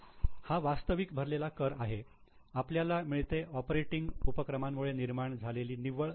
हा वास्तविक भरलेला कर आहे आपल्याला मिळते ऑपरेटिंग उपक्रमांमुळे निर्माण झालेली निव्वळ रोख